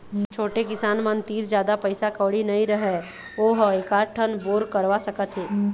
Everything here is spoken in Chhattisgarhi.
छोटे किसान मन तीर जादा पइसा कउड़ी नइ रहय वो ह एकात ठन बोर करवा सकत हे